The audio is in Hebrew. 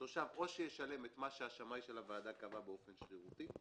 או שהתושב ישלם את מה שהשמאי של הוועדה קבע באופן שרירותי,